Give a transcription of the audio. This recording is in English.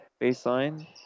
baseline